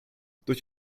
durch